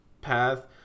path